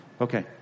okay